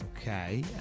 Okay